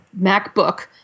MacBook